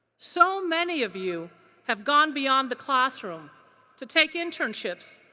so many of you have gone beyond the classroom to take internships,